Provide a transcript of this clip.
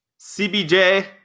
CBJ